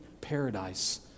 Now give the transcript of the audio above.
paradise